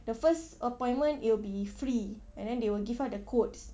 the first appointment it will be free and then they will give out the quotes